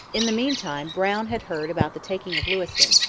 in the meantime brown had heard about the taking of lewiston,